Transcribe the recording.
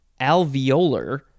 alveolar